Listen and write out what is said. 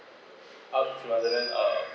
okay and then uh